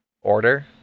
order